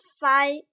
five